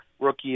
rookie